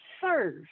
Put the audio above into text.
serve